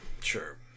Sure